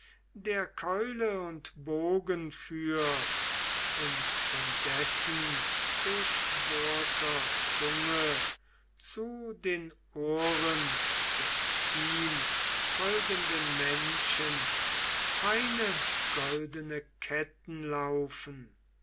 der keule und bogen führt und von dessen durchbohrter zunge zu den ohren des ihm folgenden menschen feine goldene ketten laufen